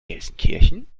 gelsenkirchen